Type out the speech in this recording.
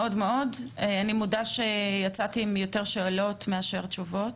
אני מודה שיצאתי עם יותר שאלות מאשר תשובות.